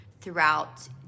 throughout